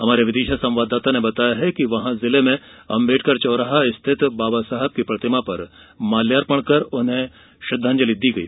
हमारे विदिशा संवाददाता ने बताया है कि जिले में अम्बेडकर चौराहे स्थित बाबा साहब की प्रतिमा पर माल्यार्पण कर उन्हें श्रद्धांजलि दी गई